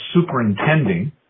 superintending